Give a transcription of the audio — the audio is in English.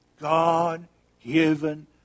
God-given